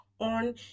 on